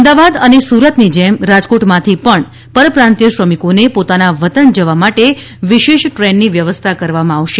અમદાવાદ અને સુરતની જેમ રાજકોટમાંથી પણ પરપ્રાંતીય શ્રમિકોને પોતાના વતન જવા માટે વિશેષ ટ્રેનની વ્યવસ્થા કરવામાં આવશે